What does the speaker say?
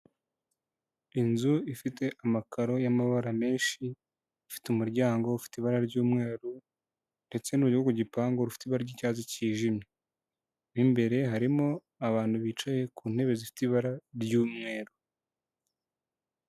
Inzu ifite amakaro y'amabara menshi, afite umuryango ufite ibara ry'umweru ndetse n'urugi rwo ku gipangu gipangura rufite ibara ry'icyatsi cyijimye, mo imbere harimo abantu bicaye ku ntebe zifite ibara ry'umweru.